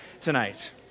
tonight